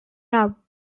love